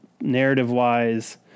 narrative-wise